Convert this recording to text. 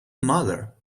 mother